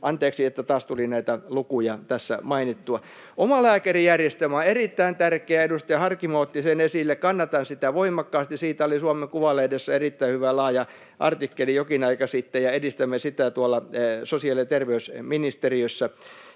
Anteeksi, että taas tuli näitä lukuja tässä mainittua. Omalääkärijärjestelmä on erittäin tärkeä, edustaja Harkimo otti sen esille. Kannatan sitä voimakkaasti. Siitä oli Suomen Kuvalehdessä erittäin hyvä laaja artikkeli jokin aika sitten. Edistämme sitä tuolla sosiaali- ja terveysministeriössä.